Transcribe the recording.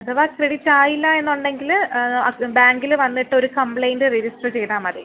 അഥവാ ക്രെഡിറ്റ് ആയില്ല എന്നുണ്ടെങ്കിൽ ബാങ്കിൽ വന്നിട്ട് ഒരു കംപ്ലയിൻ്റ് രജിസ്റ്ററ് ചെയ്താൽ മതി